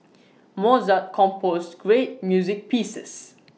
Mozart composed great music pieces